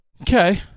Okay